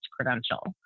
credential